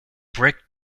brick